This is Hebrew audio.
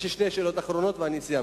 יש לי שתי שאלות אחרונות, ואני סיימתי.